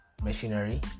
machinery